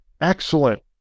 excellent